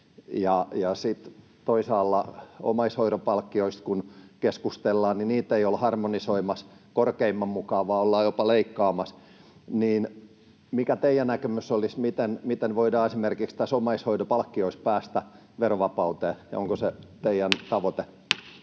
toisaalla kun omaishoidon palkkioista keskustellaan, niin niitä ei olla harmonisoimassa korkeimman mukaan vaan ollaan jopa leikkaamassa. Mikä teidän näkemyksenne olisi, miten voidaan esimerkiksi näissä omaishoidon palkkioissa päästä verovapauteen, ja onko se [Puhemies